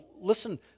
Listen